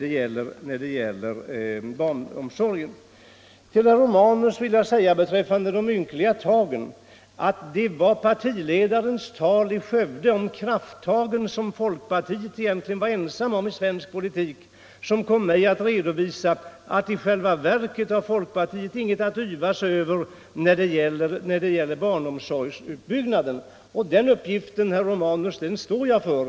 Till herr Romanus vill jag säga beträffande de ynkliga tagen, att det var partiledarens tal i Skövde om ”krafttagen” som folkpartiet var ensamt om i svensk politik, som kom mig att redovisa att folkpartiet i själva verket ingenting har att yvas över när det gäller barnomsorgsutbyggnaden. Den uppgiften, herr Romanus, står jag för.